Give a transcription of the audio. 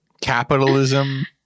Capitalism